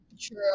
True